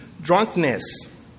drunkenness